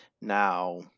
Now